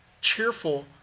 cheerful